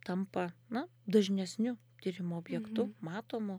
tampa na dažnesniu tyrimo objektu matomu